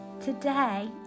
Today